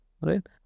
right